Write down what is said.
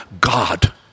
God